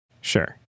sure